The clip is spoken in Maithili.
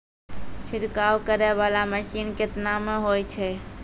छिड़काव करै वाला मसीन केतना मे होय छै?